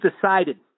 decided